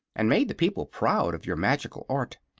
and made the people proud of your magical art.